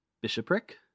bishopric